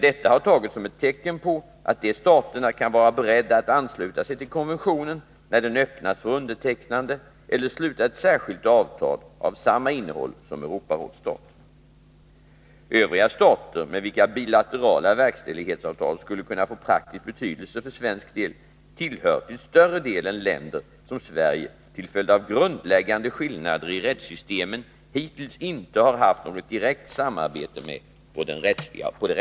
Detta har tagits som ett tecken på att de staterna kan vara beredda att ansluta sig till konventionen när den öppnas för Europarådsstaterna. Måndagen den Övriga stater med vilka bilaterala verkställighetsavtal skulle kunna få 15 mars 1982 praktisk betydelse för svensk del tillhör till större delen en grupp länder, som Sverige till följd av grundläggande skillnader i rättssystemen hittills inte har Om avtal rörande haft något direkt samarbete med på det rättsliga området.